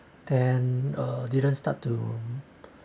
and uh didn't start to